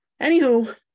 Anywho